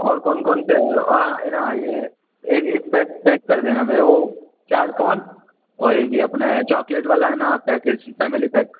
और कौन कौन से है ना ये एक एक पैक पैक कर देना मेरे को चार कोन और एक ये अपने चॉकलेट वाला है ना पैकेज फैमिली पैक